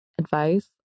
Advice